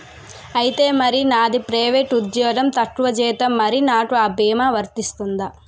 ఐతే మరి నాది ప్రైవేట్ ఉద్యోగం తక్కువ జీతం మరి నాకు అ భీమా వర్తిస్తుందా?